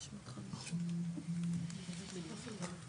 אפשר להקשיב גם לעמותות חולים?